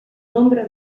nombre